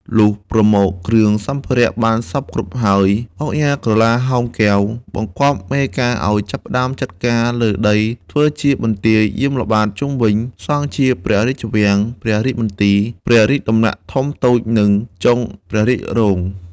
លុះប្រមូលគ្រឿងសម្ភារៈបានសព្វគ្រប់ហើយ ឧកញ៉ាក្រឡាហោម កែវ បង្គាប់មេការឲ្យចាប់ផ្ដើមចាត់ការលើកដីធ្វើជាបន្ទាយយាមល្បាតជុំវិញ សង់ជាព្រះរាជវាំង ព្រះរាជមន្ទីរ ព្រះរាជដំណាក់ធំតូចនិងចុងព្រះរាជរោង